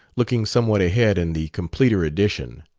looking somewhat ahead in the completer edition.